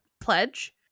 pledge